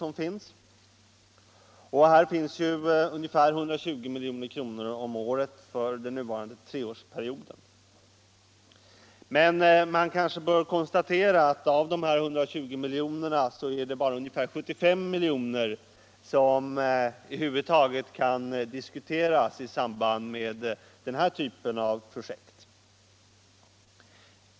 För den innevarande treårsperioden står ungefär 120 milj.kr. om året till förfogande, men man kanske bör konstatera att av de 120 miljonerna är det bara ungefär 75 som över huvud taget kan diskuteras i samband med den typ av projekt som jag har nämnt i interpellationen.